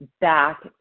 back